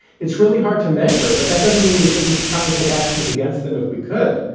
it's really hard to measure, but that doesn't mean we shouldn't try and take actions against them if we could.